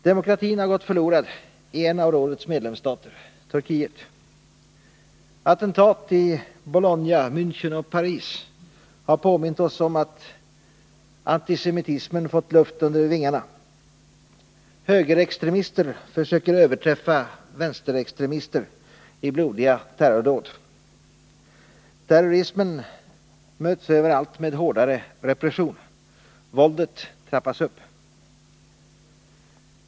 Demokratin har gått förlorad i en av rådets medlemsstater, Turkiet. Attentat i Bologna, Mänchen och Paris har påmint oss om att antisemitismen fått luft under vingarna. Högerextremister försöker överträffa vänsterextremister i blodiga terrordåd. Terrorismen möts överallt med hårdare repression. Våldet trappas upp.